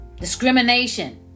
Discrimination